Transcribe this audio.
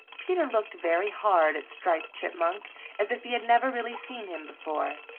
peter looked very hard at striped chipmunk as if he had never really seen him before.